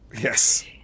Yes